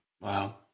Wow